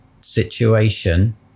situation